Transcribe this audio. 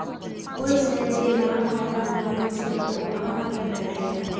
ओइ सं जे लाभ या हानि होइ छै, ओ अहां कें भेटैए